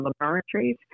laboratories